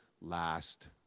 last